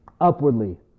upwardly